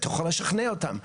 אתה יכול לשכנע אותם.